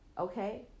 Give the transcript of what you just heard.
okay